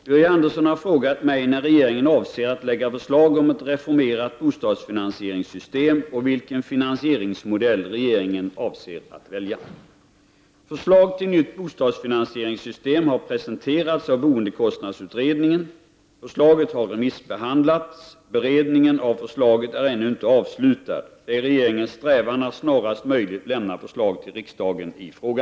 Bostadssektorn får bära en betydande del av finansieringen av den planerade skatteomläggningen. Samtidigt skjuts det aviserade förslaget om ett reformerat bostadsfinansieringssystem på framtiden. Detta innebär att hushållen saknar möjligheter att bedöma utvecklingen av de framtida boendekostnaderna och de effekter skatteomläggningen får i det enskilda fallet. ringssystem, och vilken finansieringsmodell avser regeringen att välja?